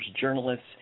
journalists